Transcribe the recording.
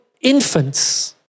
infants